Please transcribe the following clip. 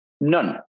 none